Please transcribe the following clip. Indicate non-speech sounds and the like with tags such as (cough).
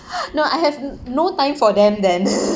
(laughs) no I have n~ no time for them then (laughs)